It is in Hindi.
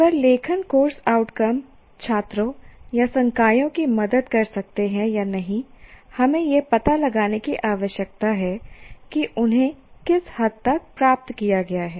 केवल लेखन कोर्स आउटकम छात्रों या संकायों की मदद कर सकते हैं या नहीं हमें यह पता लगाने की आवश्यकता है कि उन्हें किस हद तक प्राप्त किया गया है